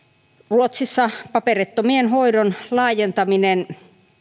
ruotsissa paperittomien hoidon laajentaminen